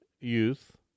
youth